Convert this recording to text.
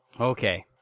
Okay